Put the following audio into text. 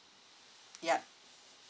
yup